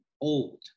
old